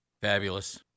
Fabulous